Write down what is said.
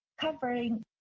covering